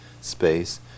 space